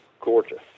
gorgeous